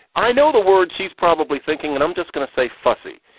i know the word she's probably thinking and i'm just going to say fussy.